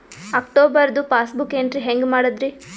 ಅಕ್ಟೋಬರ್ದು passbook entry ಹೆಂಗ್ ಮಾಡದ್ರಿ?